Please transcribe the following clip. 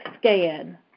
scan